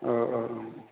औ औ